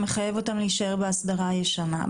שמחייב אותם להישאר בהסדרה הישנה.